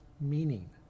meaning